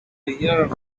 year